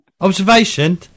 Observation